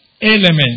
element